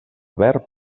verd